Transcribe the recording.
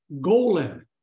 Golan